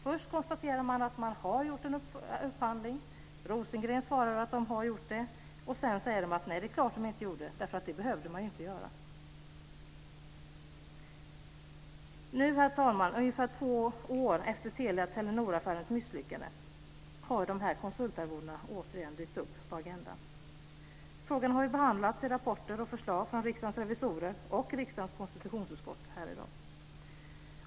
Först konstateras det att man har gjort en upphandling, Rosengren svarar att man har gjort det, sedan sägs det att det är klart att man inte gjorde det därför att man inte behövde göra det. Nu, herr talman, ungefär två år efter Telia-Telenor-affärens misslyckande har konsultarvodena åter dykt upp på agendan. Frågan har behandlats i rapporter och förslag från Riksdagens revisorer och riksdagens konstitutionsutskott.